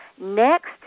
Next